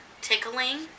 Tickling